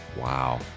Wow